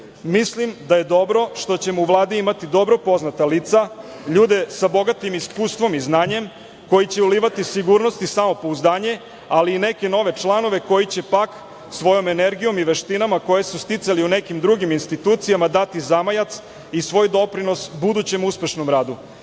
Mislim da je dobro što ćemo u Vladi imati dobro poznata lica, ljude sa bogatim iskustvom i znanjem, a koji će ulivati sigurnost i samopouzdanje, ali i neke nove članove koji će pak svojom energijom i veštinama koje su sticali u nekim drugim institucijama dati zamajac i svoj doprinos budućem uspešnom